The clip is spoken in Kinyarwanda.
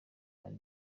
ari